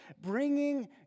bringing